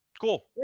Cool